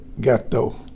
ghetto